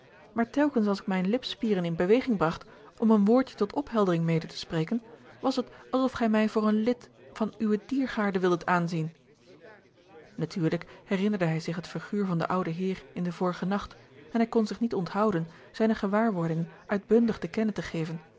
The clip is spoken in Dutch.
maar telkens als ik mijne lipspieren in beweging bragt om een woordje tot opheldering mede te spreken was het alsof gij mij voor een lid van uwe diergaarde wildet aanzien natuurlijk herinnerde hij zich het figuur van den ouden heer in den vorigen nacht en hij kon zich niet onthouden zijne gewaarwordingen uitbundig te kennen te geven